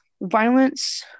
violence